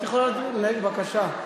בבקשה.